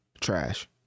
trash